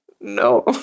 No